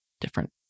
different